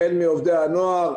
החל מעובדי הנוער,